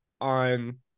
on